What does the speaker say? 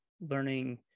learning